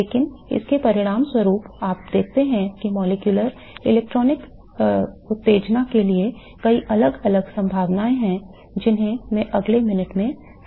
लेकिन इसके परिणामस्वरूप आप देखते हैं कि मॉलिक्यूलर इलेक्ट्रॉनिक उत्तेजना के लिए कई अलग अलग संभावनाएं हैं जिन्हें मैं अगले मिनट में सारांशित करूंगा